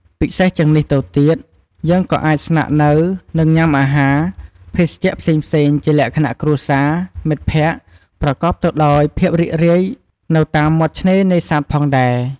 ពិសេសជាងនេះទៅទៀត យើងក៏អាចស្នាក់នៅ និងញុំាអាហារ ភេសជ្ជៈផ្សេងៗជាលក្ខណៈគ្រួសារ មិត្តភក្តិ ប្រកបទៅដោយភាពរីករាយនៅតាមមាត់ឆ្នេរនេសាទផងដែរ។